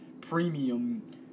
premium